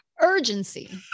Urgency